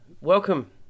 welcome